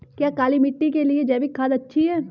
क्या काली मिट्टी के लिए जैविक खाद अच्छी है?